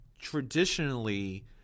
traditionally